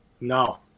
No